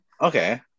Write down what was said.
Okay